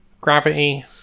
Gravity